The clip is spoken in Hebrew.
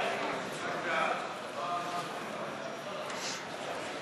של קבוצת סיעת המחנה הציוני לסעיף 1 לא נתקבלו.